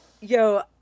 Yo